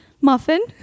muffin